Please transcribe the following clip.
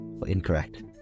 incorrect